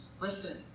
Listen